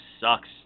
sucks